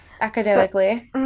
Academically